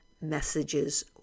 messages